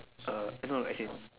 uh eh no as in